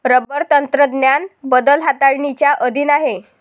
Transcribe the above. rubber तंत्रज्ञान बदल हाताळणीच्या अधीन आहे